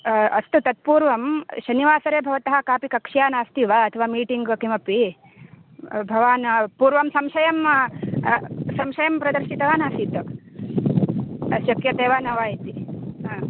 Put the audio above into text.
अस्तु तत्पूर्वं शनिवासरे भवतः कापि कक्ष्या नास्ति वा अथवा मीटिङ्ग् किमपि भवान् पूर्वं संशयं संशयं प्रदर्शितवान् आसीत् शक्यते वा न वा इति हा